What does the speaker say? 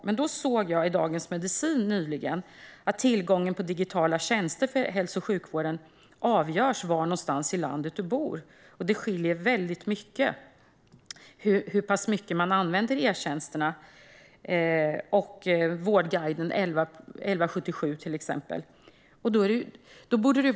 Men jag såg nyligen i Dagens Medicin att tillgången på digitala tjänster för hälso och sjukvården avgörs av var någonstans i landet man bor och att det skiljer sig mycket åt hur mycket e-tjänsterna och 1177 Vårdguiden används.